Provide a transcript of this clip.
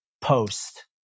post